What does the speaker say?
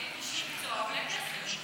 שכן, תודה,